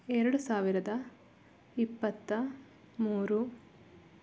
ಎರಡು ಸಾವಿರದ ಇಪ್ಪತ್ತ ಮೂರು